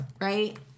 Right